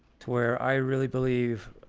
where i really believe